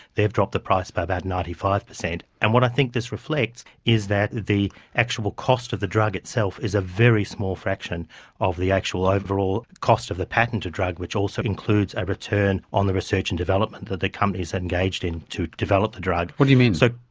they've dropped the price by about ninety five percent. and what i think this reflects is that the actual cost of the drug itself is a very small fraction of the actual overall cost of the patented drug which also includes a return on the research and development that the company's engaged in to develop the drug. what you mean? so